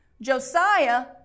Josiah